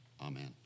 Amen